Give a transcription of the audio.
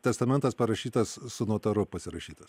testamentas parašytas su notaru pasirašytas